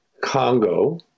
Congo